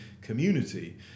community